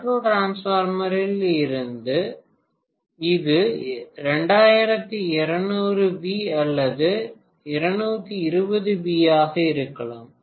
auto டிரான்ஸ்பார்மரில் இது 2200 V இது 220 வி ஆக இருக்கலாம்